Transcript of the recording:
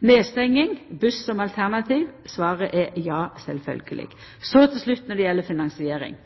buss som alternativ. Svaret er ja, sjølvsagt. Så til slutt om finansiering.